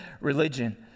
religion